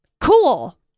cool